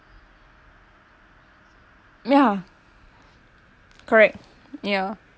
ya correct ya